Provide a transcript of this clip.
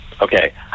Okay